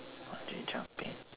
bungee jumping